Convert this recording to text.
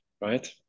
right